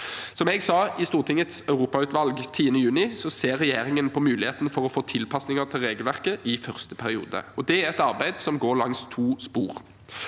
Som jeg sa i Stortingets europautvalg 10. juni, ser regjeringen på muligheten for å få tilpasninger til regelverket i første periode. Det er et arbeid som går langs to spor.